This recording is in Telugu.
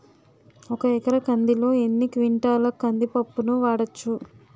ఒక ఎకర కందిలో ఎన్ని క్వింటాల కంది పప్పును వాడచ్చు?